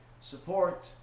support